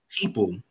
people